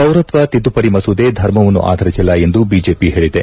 ಪೌರತ್ವ ತಿದ್ದುಪಡಿ ಮಸೂದೆ ಧರ್ಮವನ್ನು ಆಧರಿಸಿಲ್ಲ ಎಂದು ಬಿಜೆಪಿ ಹೇಳಿದೆ